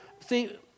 See